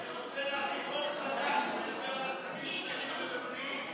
אני רוצה להביא חוק חדש שמדבר על עסקים ובינוניים,